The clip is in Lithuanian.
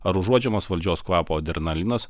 ar užuodžiamos valdžios kvapo adrenalinas